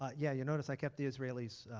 ah yeah. you notice i kept the israelis